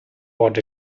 what